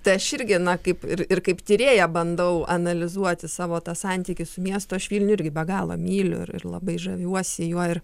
tai aš irgi na kaip ir ir kaip tyrėja bandau analizuoti savo tą santykį su miestu aš vilnių irgi be galo myliu ir labai žaviuosi juo ir